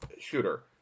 shooter